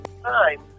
time